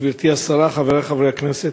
גברתי השרה, חברי חברי הכנסת,